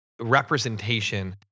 representation